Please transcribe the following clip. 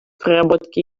проработки